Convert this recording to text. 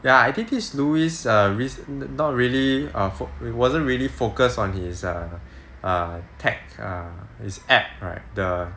ya I think this louis err not really um wasn't really focused on his err err tech err his app right the